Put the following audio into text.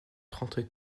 trente